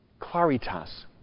claritas